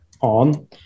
on